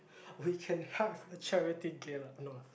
we can have a charity gala no lah